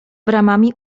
bramami